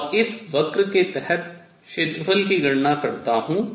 और इस वक्र के तहत क्षेत्रफल की गणना करता हूँ